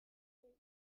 gate